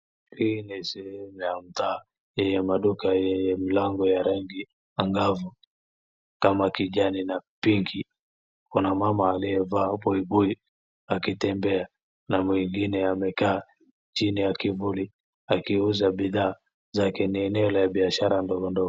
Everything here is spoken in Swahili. Hii ni sehemu ya mtaa yenye maduka yenye milango ya rangi angamfu kama kijani na pinki kuna mama amevaa buibui akitembea na mwingine amekaa chini ya kivuli akiuza bidhaa la kieneo ya biashara ndogondogo.